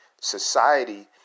society